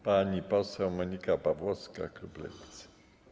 Pani poseł Monika Pawłowska, klub Lewicy.